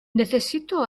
necesito